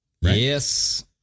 Yes